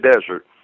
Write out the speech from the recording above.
desert